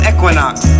Equinox